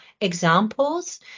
examples